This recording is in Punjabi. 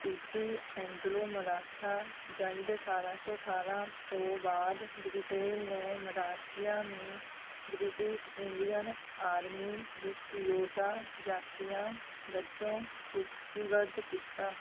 ਤੀਜੀ ਐਂਗਲੋ ਮਰਾਠਾ ਜੰਗ ਅਠਾਰਾਂ ਸੌ ਅਠਾਰਾਂ ਤੋਂ ਬਾਅਦ ਬ੍ਰਿਟੇਨ ਨੇ ਮਰਾਠਿਆਂ ਨੂੰ ਬ੍ਰਿਟਿਸ਼ ਇੰਡੀਅਨ ਆਰਮੀ ਵਿੱਚ ਯੋਧਾ ਜਾਤੀਆਂ ਵਜੋਂ ਸੂਚੀਬੱਧ ਕੀਤਾ